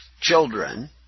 children